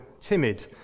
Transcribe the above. timid